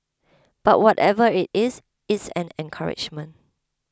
but whatever it is it's an encouragement